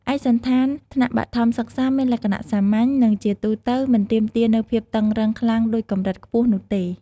ឯកសណ្ឋានថ្នាក់បឋមសិក្សាមានលក្ខណៈសាមញ្ញ និងជាទូទៅមិនទាមទារនូវភាពតឹងរ៉ឹងខ្លាំងដូចកម្រិតខ្ពស់នោះទេ។